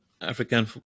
African